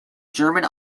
german